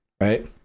right